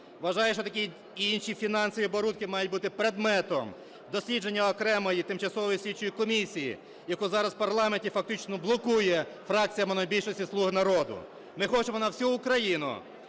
Вважаю, що такі і інші фінансові оборутки мають бути предметом дослідження окремої тимчасової слідчої комісії, яку зараз в парламенті фактично блоку фракція монобільшості "Слуга народу".